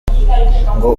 ngo